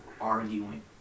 arguing